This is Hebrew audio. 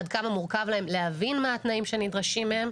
עד כמה מורכב להם להבין מה התנאים שנדרשים מהם.